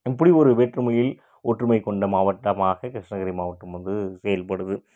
இப்படி ஒரு வேற்றுமையில் ஒற்றுமை கொண்ட மாவட்டமாக கிருஷ்ணகிரி மாவட்டம் வந்து செயல்படுது